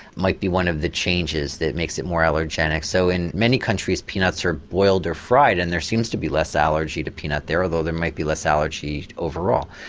might be one of the changes that makes it more allergenic so in many countries peanuts are boiled or fried and there seems to be less allergy to peanut, although there might be less allergy overall.